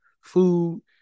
Food